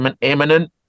imminent